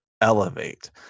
elevate